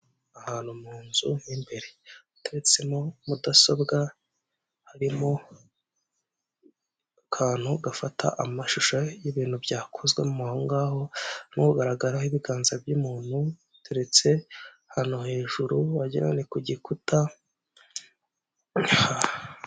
Ahantu mu nzu mo imbere. Hateretsemo mudasobwa, harimo akantu gafata amashusho y'ibintu byakozwe mo aho ngaho, n'ugaragaho ibiganza by'umuntu uteretse ahantu hejuru, wagira ngo ni ku gikuta.